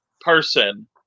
person